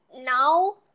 now